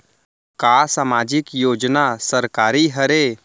का सामाजिक योजना सरकारी हरे?